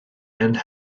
and